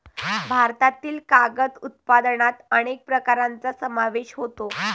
भारतातील कागद उत्पादनात अनेक प्रकारांचा समावेश होतो